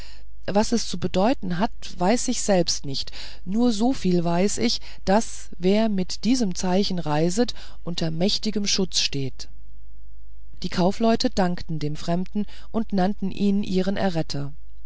was es zu bedeuten hat weiß ich selbst nicht nur so viel weiß ich daß wer mit diesem zeichen reiset unter mächtigem schutze steht die kaufleute dankten dem fremden und nannten ihn ihren erretter